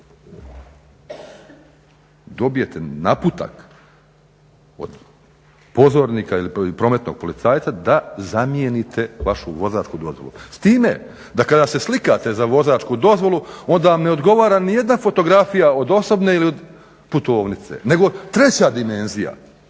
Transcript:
Dobijete naputak od pozornika ili prometnog policajca da zamijenite vašu vozačku dozvolu. S time da kada se slikate za vozačku dozvolu onda vam ne odgovara nijedna fotografija od osobne ili putovnice nego treća dimenzija